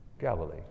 Galilee